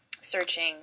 searching